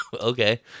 Okay